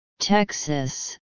texas